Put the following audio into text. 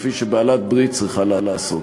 כפי שבעלת-ברית צריכה לעשות.